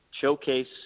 showcase